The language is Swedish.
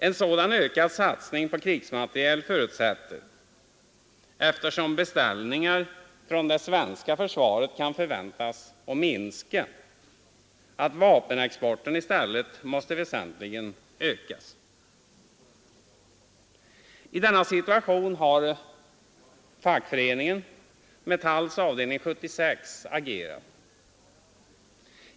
En sådan ökad satsning på krigsmateriel förutsätter — eftersom beställningarna från det svenska försvaret kan förväntas minska — att vapenexporten i stället måste väsentligen öka. I denna situation har fackföreningen, Metalls avdelning 76, agerat.